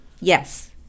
Yes